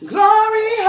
Glory